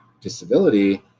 disability